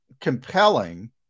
compelling